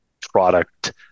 product